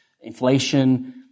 inflation